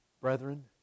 Brethren